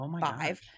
five